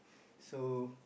so